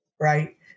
right